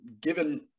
given